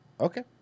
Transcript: Okay